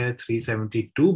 372